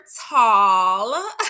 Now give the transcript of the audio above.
tall